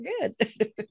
good